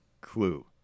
clue